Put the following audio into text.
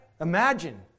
Imagine